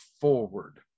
forward